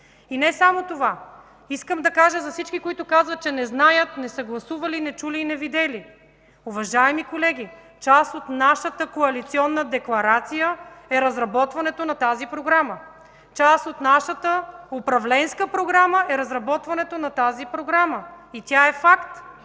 Не само това. Искам да кажа за всички, които казват, че не знаят, не са гласували, не чули и не видели. Уважаеми колеги, част от нашата коалиционна декларация е разработването на тази Програма, част от нашата управленска програма е разработването на тази Програма. И тя е факт!